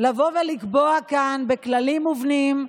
לבוא ולקבוע כאן בכללים מובנים,